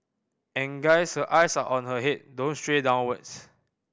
and guys her eyes are on her head don't stray downwards